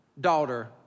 daughter